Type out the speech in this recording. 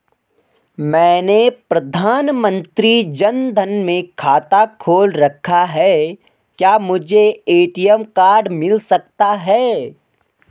मैंने प्रधानमंत्री जन धन में खाता खोल रखा है क्या मुझे ए.टी.एम कार्ड मिल सकता है?